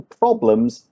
problems